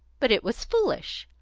but it was foolish,